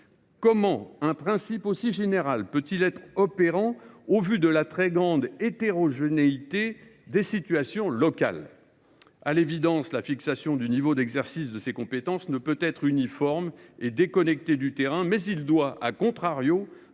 Comment un principe aussi général peut il être opérant, au vu de la très grande hétérogénéité des situations locales ? À l’évidence, la fixation du niveau d’exercice de ces compétences ne saurait être uniforme et déconnectée du terrain ; elle doit, au contraire,